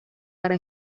para